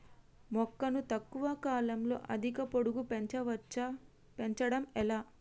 మొక్కను తక్కువ కాలంలో అధిక పొడుగు పెంచవచ్చా పెంచడం ఎలా?